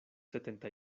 setenta